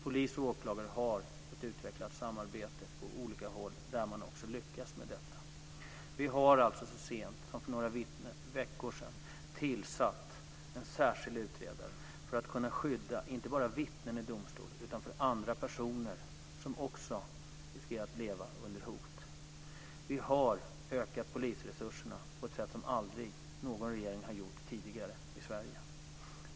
Polis och åklagare har ett utvecklat samarbete på olika håll där man också lyckas med detta. Vi har så sent som för några veckor sedan tillsatt en särskild utredare för att kunna skydda inte bara vittnen i domstol utan också andra personer som riskerar att leva under hot. Vi har ökat polisresurserna på ett sätt som aldrig någon regering har gjort tidigare i Sverige.